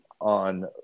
on